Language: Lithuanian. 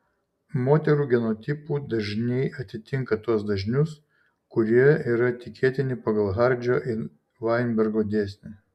moterų genotipų dažniai atitinka tuos dažnius kurie yra tikėtini pagal hardžio ir vainbergo dėsnį